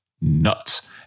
nuts